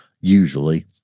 usually